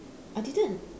I didn't